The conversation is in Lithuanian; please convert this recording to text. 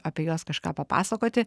apie juos kažką papasakoti